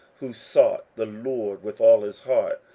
who sought the lord with all his heart.